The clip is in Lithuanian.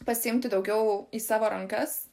pasiimti daugiau į savo rankas